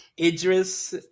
Idris